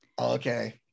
Okay